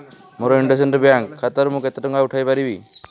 ମୋର IndusInd bank ଖାତାରୁ ମୁଁ କେତେ ଟଙ୍କା ଉଠାଇ ପାରିବି